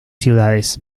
ciudades